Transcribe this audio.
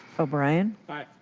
o'brien. aye.